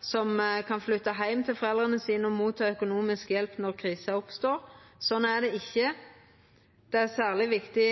som kan flytta heim til foreldra sine og ta imot økonomisk hjelp når krisa oppstår. Slik er det ikkje. Det er særleg viktig